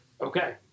Okay